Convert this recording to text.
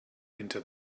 into